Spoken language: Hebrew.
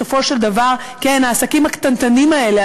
בסופו של דבר העסקים הקטנטנים האלה,